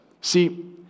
See